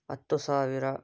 ಹತ್ತು ಸಾವಿರ